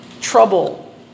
Trouble